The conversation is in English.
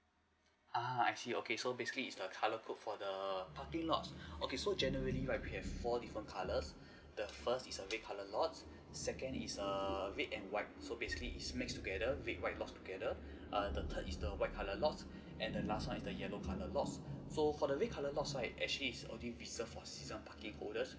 uh I see okay so basically it's the colour code the parking lot okay so generally right we have four different colours the first is the red colour lots second is a red and white so basically it mixed together red white lot together err the third is the white colour lots and the last one is the yellow colour lots so for the red colour lots right actually it's already reserved for season parking holders